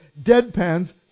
deadpans